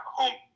home